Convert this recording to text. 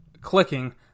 clicking